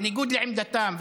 בניגוד לעמדתו,